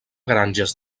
granges